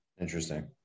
Interesting